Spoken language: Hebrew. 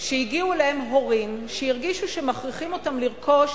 שהגיעו אליהם הורים שהרגישו שמכריחים אותם לרכוש